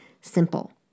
simple